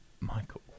Michael